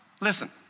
listen